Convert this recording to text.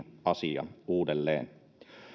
asia uudelleen